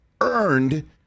earned